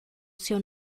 seu